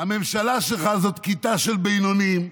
הממשלה שלך היא כיתה של בינוניים,